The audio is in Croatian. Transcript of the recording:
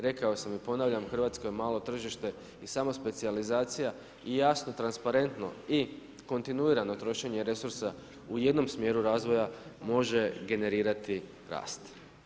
Rekao sam i ponavljam Hrvatska je malo tržište i samo specijalizacija i jasno transparentno i kontinuirano trošenje resursa u jednom smjeru razvoja može generirati rast.